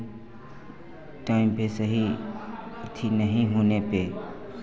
time पर सही अथि नहीं होने पर